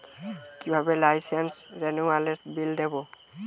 কিভাবে লাইসেন্স রেনুয়ালের বিল দেবো?